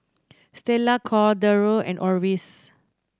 Stella Cordero and Orvis